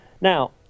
Now